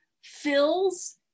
fills